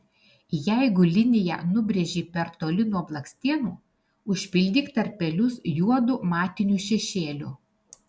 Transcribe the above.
jeigu liniją nubrėžei per toli nuo blakstienų užpildyk tarpelius juodu matiniu šešėliu